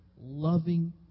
loving